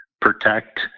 protect